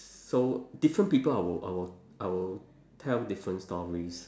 so different people I will I will I will tell different stories